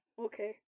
Okay